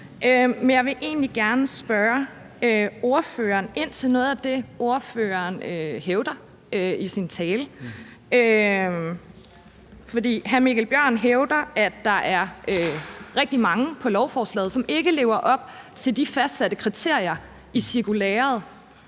jeg vil egentlig gerne spørge ordføreren ind til noget af det, ordføreren hævder i sin tale. For hr. Mikkel Bjørn hævder, at der er rigtig mange på lovforslaget, som ikke lever op til de fastsatte kriterier i cirkulæret.